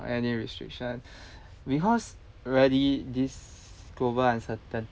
any restriction because really this global uncertainty